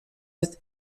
with